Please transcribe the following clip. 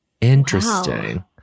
Interesting